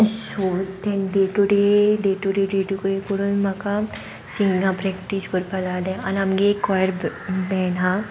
so तें day to day day to day day to day करून म्हाका सिंगींगा प्रॅक्टीस करपाक लागले आनी आमगे एक क्वायर बँड आहा